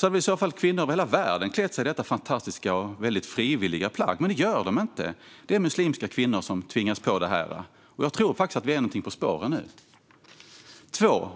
hade väl i så fall kvinnor över hela världen klätt sig i detta fantastiska och frivilliga plagg. Men det gör de inte. Det är muslimska kvinnor som tvingas ta på den. Jag tror faktiskt att vi är någonting på spåren nu.